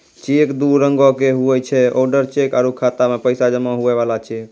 cheque दू रंगोके हुवै छै ओडर चेक आरु खाता मे पैसा जमा हुवै बला चेक